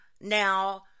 Now